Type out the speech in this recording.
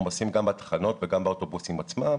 עומסים גם בתחנות וגם באוטובוסים עצמם.